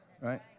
right